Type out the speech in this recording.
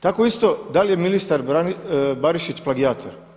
Tako isto da li je ministar Barišić plagijator.